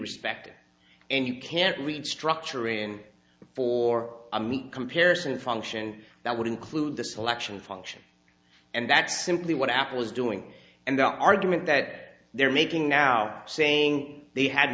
respected and you can't reach structuring for a meet comparison function that would include the selection function and that's simply what apple is doing and the argument that they're making now saying they had